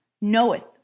knoweth